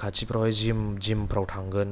खाथिफोरावहाय जिम जिमफोराव थांगोन